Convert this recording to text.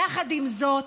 יחד עם זאת,